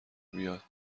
بیاد